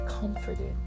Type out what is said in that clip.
comforted